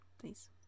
please